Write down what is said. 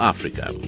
Africa